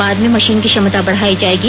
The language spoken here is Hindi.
बाद में मशीन की क्षमता बढ़ायी जाएगी